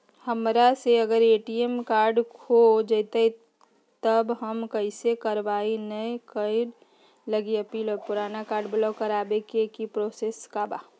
हमरा से अगर ए.टी.एम कार्ड खो जतई तब हम कईसे करवाई नया कार्ड लागी अपील और पुराना कार्ड ब्लॉक करावे के प्रोसेस का बा?